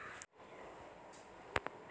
दाना सब साफ होते?